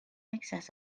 excess